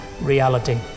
reality